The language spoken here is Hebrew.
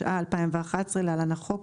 התשע"א-2011 (להלן החוק),